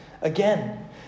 again